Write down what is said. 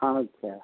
अच्छा